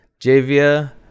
Javier